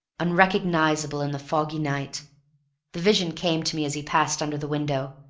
unrecognizable in the foggy night the vision came to me as he passed under the window,